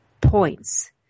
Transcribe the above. points